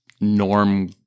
norm